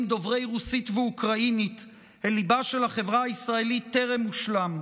דוברי רוסית ואוקראינית אל ליבה של החברה הישראלית טרם הושלם.